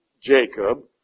Jacob